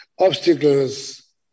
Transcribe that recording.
obstacles